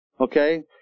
okay